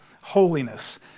holiness